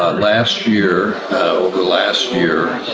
last year, over the last year,